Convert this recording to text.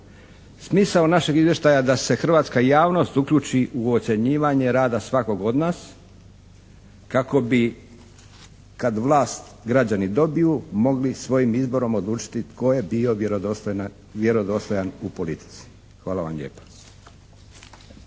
Smisao našeg izvještaja je da se hrvatska javnost uključi u ocjenjivanje rada svakog od nas kako bi kad vlast građani dobiju mogli svojim izborom odlučiti tko je bio vjerodostojan u politici. Hvala vam lijepa.